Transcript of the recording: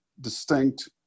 distinct